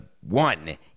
one